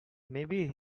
maybe